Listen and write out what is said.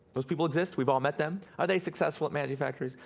those people exist, we've all met them. are they successful at managing factories?